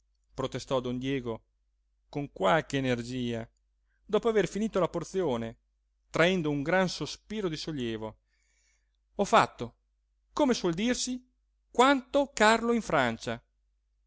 protestò don diego con qualche energia dopo aver finito la porzione traendo un gran sospiro di sollievo ho fatto come suol dirsi quanto carlo in francia